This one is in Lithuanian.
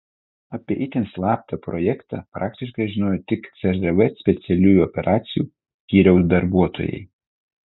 apie itin slaptą projektą praktiškai žinojo tik cžv specialiųjų operacijų skyriaus darbuotojai